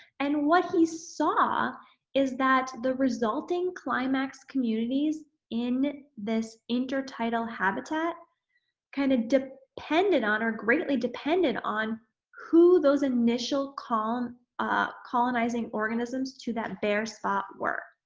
and, what he saw is that the resulting climax communities in this intertidal habitat kind of depended on or greatly dependent on who those initial col um ah colonizing organisms to that bare spot were.